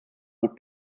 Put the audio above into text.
would